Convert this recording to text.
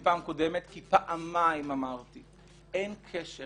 כי פעמיים אמרתי שאין קשר